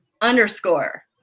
underscore